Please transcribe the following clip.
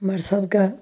हमर सबके